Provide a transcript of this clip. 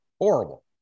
horrible